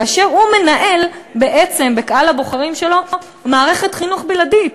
כאשר הוא מנהל בעצם בקהל הבוחרים שלו מערכת חינוך בלעדית.